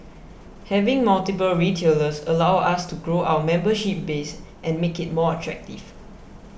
having multiple retailers allows us to grow our membership base and make it more attractive